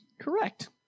Correct